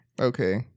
Okay